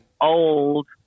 old